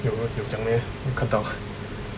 有有讲 meh 没有看到